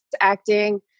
acting